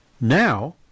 Now